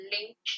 Link